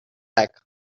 back